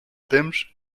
temps